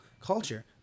culture